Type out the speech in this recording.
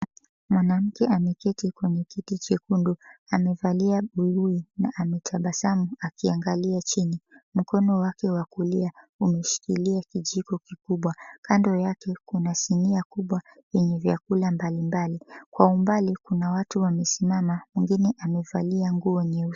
Mwanamke ameketi kwenye kiti chekundu amevalia buibui na anatabasamu akiangalia chini. Mkono wake wa kulia umeshikilia kijiko kikubwa. Kando yake kuna sinia kubwa yenye vyakula mbali mbali. Kwa umbali kuna watu wamesimama mwingine amevalia nguo nyeusi.